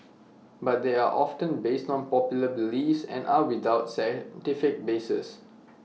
but they are often based on popular beliefs and are without scientific basis